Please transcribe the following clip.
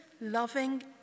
loving